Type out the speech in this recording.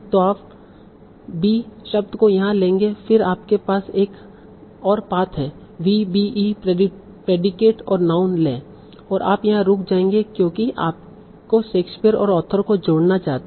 तो आप बी शब्द को यहां लेंगे फिर आपके पास एक और पाथ है v b e predicate और noun लें और आप यहां रुक जाएंगे क्योंकि आपको शेक्सपियर और ऑथर को जोड़ना चाहते हैं